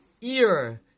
ear